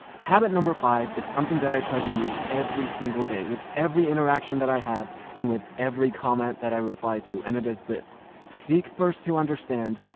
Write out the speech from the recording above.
habit number five is something that i try to use every single day, with every interaction that i have, and with every comment that i reply to, and it is this seek first to understand,